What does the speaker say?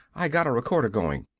i got a recorder goin'.